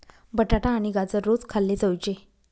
बटाटा आणि गाजर रोज खाल्ले जोयजे